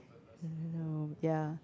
no ya